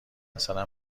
مثلا